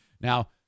Now